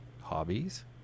hobbies